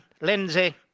Lindsay